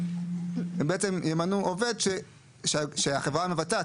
בעצם ימנו עובד של החברה המבצעת.